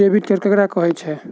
Debit card ककरा कहै छै?